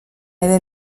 ere